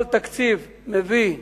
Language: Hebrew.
כל תקציב מביא "בשורות"